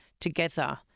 together